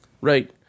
right